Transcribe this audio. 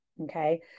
Okay